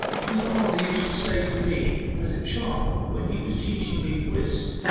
my father used to say to me as a child when he was teaching me whist,